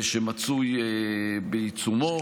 שמצוי בעיצומו.